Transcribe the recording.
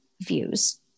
views